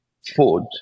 Food